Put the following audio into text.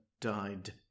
died